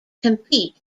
compete